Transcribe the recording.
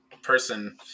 person